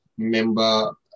Member